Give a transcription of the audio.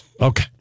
Okay